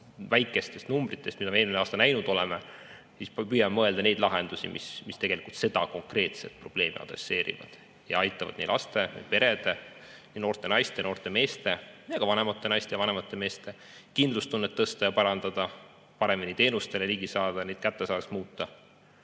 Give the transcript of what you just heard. rekordväikestest numbritest, mida me eelmine aasta nägime, siis püüame mõelda neid lahendusi, mis tegelikult seda konkreetset probleemi adresseerivad ja aitavad nii laste, perede, noorte naiste, noorte meeste ja ka vanemate naiste ning vanemate meeste kindlustunnet tõsta ja parandada, paremini teenustele ligi saada, neid kättesaadavamaks muuta.